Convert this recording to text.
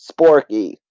Sporky